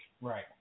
Right